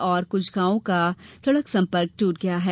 तथा कुछ गांवों का सड़क संपर्क टूट गया है